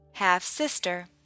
Half-sister